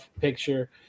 picture